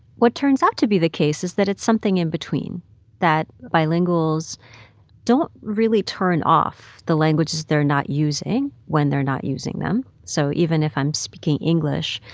what turns out to be the case is that it's something in between that bilinguals don't really turn off the languages they're not using when they're not using them so even if i'm speaking english,